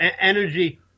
Energy